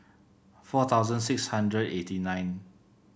four thousand six hundred eighty nine